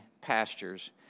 pastures